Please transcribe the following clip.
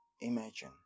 imagine